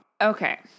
Okay